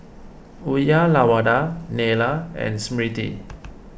Uyyalawada Neila and Smriti